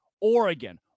Oregon